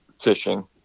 fishing